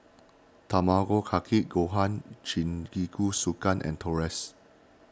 Tamago Kake Gohan Jingisukan and Tortillas